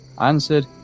Answered